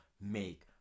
make